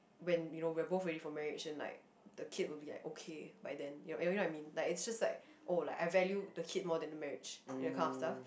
when you know we are both ready for marriage and like the kid will be like okay by then you know you know what I mean it's just like oh like I value the kid more than the marriage you know kind of stuff